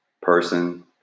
person